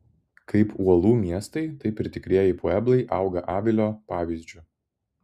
kaip uolų miestai taip ir tikrieji pueblai auga avilio pavyzdžiu